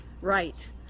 right